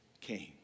came